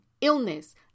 illness